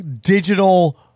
digital